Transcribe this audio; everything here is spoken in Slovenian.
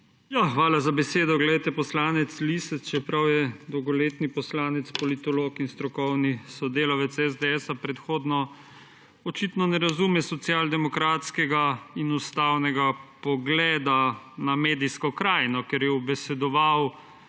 Hvala za besedo. Poslanec Lisec, čeprav je dolgoletni poslanec, politolog in predhodno strokovni sodelavec SDS, očitno ne razume socialdemokratskega in ustavnega pogleda na medijsko krajino, ker je ubesedoval,